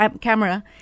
camera